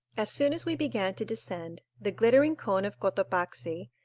as soon as we began to descend, the glittering cone of cotopaxi,